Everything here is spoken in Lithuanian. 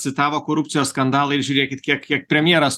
citavo korupcijos skandalai žiūrėkit kiek kiek premjeras